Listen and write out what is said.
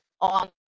on